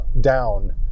down